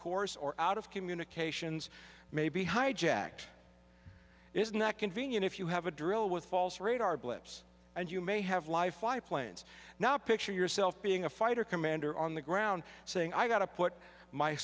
course or out of communications maybe hijacked isn't that convenient if you have a drill with false radar blips and you may have life fly planes now picture yourself being a fighter commander on the ground saying i've got to put my